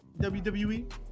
WWE